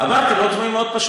אמרתי: לוח זמנים פשוט מאוד.